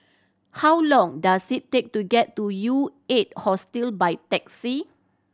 how long does it take to get to U Eight Hostel by taxi